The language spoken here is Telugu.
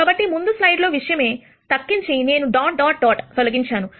కాబట్టి ఇది ముందు స్లైడ్ లో విషయమే తక్కించి నేను డాట్ డాట్ డాట్ తొలగించాను